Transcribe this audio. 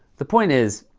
the point is,